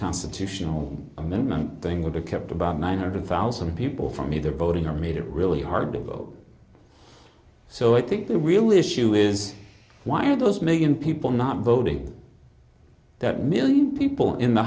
constitutional amendment thing would have kept about nine hundred thousand people from either voting or made it really hard to vote so i think the real issue is why are those million people not voting that million people in the